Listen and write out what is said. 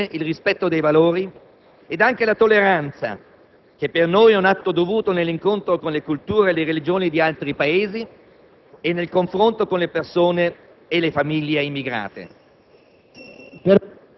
C'è bisogno di un dialogo autentico, che aiuti a superare insieme le tensioni, anche nell'incontro e nella convivenza con le comunità immigrate.